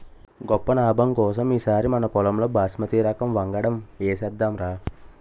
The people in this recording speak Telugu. గొప్ప నాబం కోసం ఈ సారి మనపొలంలో బాస్మతి రకం వంగడం ఏసేద్దాంరా